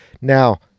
Now